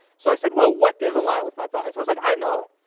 so i said, well what is aligned with my values? i was like, i know.